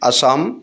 Assam